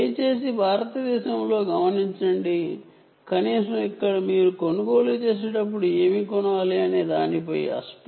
దయచేసి భారతదేశంలో గమనించండి కనీసం ఇక్కడ మీరు కొనుగోలు చేసేటప్పుడు ఏమి కొనాలి అనే దానిపై ఎటువంటి అస్పష్టత లేదు